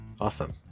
awesome